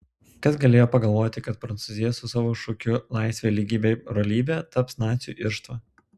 kas galėjo pagalvoti kad prancūzija su savo šūkiu laisvė lygybė brolybė taps nacių irštva